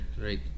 right